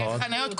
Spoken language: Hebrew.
חניות,